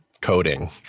coding